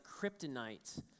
kryptonite